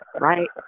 right